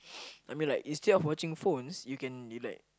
I mean like instead of watching phones you can be like